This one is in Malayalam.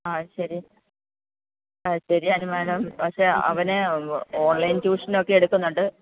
ആ ശരി ആ ശരിയാണ് മേഡം പക്ഷെ അവന് ഓൺലൈൻ ട്യൂഷനൊക്കെ എടുക്കുന്നുണ്ട്